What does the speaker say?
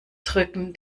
drücken